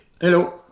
Hello